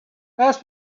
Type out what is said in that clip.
that’s